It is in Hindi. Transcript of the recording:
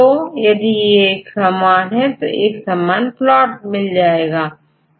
और यदि एक समान है तो दोनों सीक्वेंस के बीच एक समान प्लॉट प्राप्त होगा